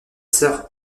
sœur